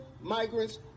migrants